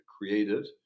created